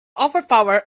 overpowered